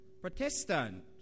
Protestant